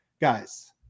guys